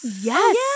yes